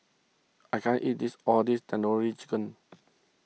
I can't eat this all this Tandoori Chicken